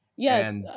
Yes